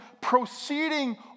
proceeding